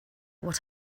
what